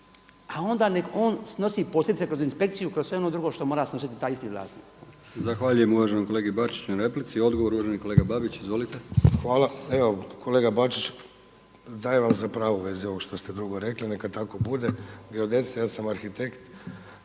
neka on snosi posljedice kroz inspekciju, kroz sve ono drugo što mora snositi taj isti vlasnik. **Brkić, Milijan (HDZ)** Zahvaljujem uvaženom kolegi Bačiću na replici. Odgovor uvaženi kolega Babić. **Babić, Vedran (SDP)** Hvala. Evo kolega Bačić, dajem vam za pravo u vezi ovog što ste drugo rekli, neka tako bude. Geodet ste, ja sam arhitekt.